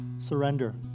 Surrender